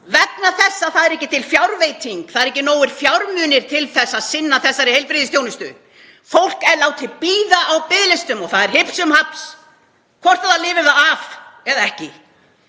vegna þess að það eru ekki til fjárveiting, það eru ekki nógir fjármunir til að sinna þessari heilbrigðisþjónustu. Fólk er látið bíða á biðlistum og það er hipsum happs hvort það lifir það af eða ekki.